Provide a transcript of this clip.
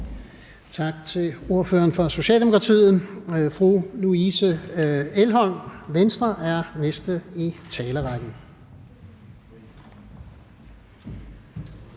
Tak til ordføreren fra Socialdemokratiet. Fru Louise Elholm fra Venstre er den næste i talerrækken.